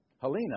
Helena